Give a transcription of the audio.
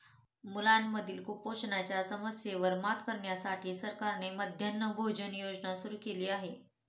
मुलांमधील कुपोषणाच्या समस्येवर मात करण्यासाठी सरकारने मध्यान्ह भोजन योजना सुरू केली आहे